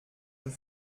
une